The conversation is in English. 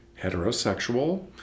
heterosexual